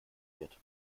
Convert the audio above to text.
wird